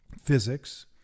Physics